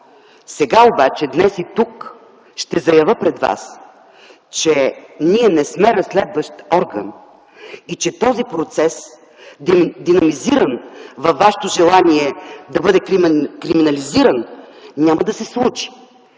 Сега обаче днес и тук ще заявя пред Вас, че ние не сме разследващ орган и че този процес динамизиран във Вашето желание да бъде криминализиран, няма да се случи,